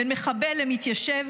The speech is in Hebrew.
בין מחבל למתיישב,